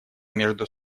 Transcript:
между